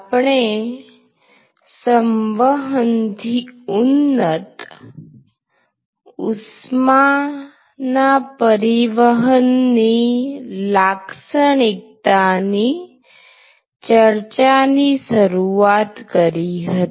આપણે સંવહનથી ઉન્નત ઉષ્માના પરિવહનની લાક્ષણિકતાની ચર્ચાની શરૂઆત કરી હતી